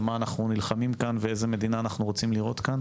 על מה אנחנו נלחמים כאן ואיזה מדינה אנחנו רוצים לראות כאן